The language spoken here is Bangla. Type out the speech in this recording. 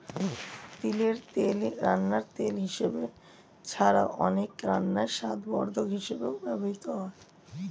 তিলের তেল রান্নার তেল হিসাবে ছাড়াও, অনেক রান্নায় স্বাদবর্ধক হিসাবেও ব্যবহৃত হয়